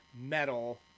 metal